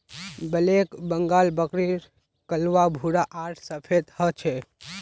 black Bengal बकरीर कलवा भूरा आर सफेद ह छे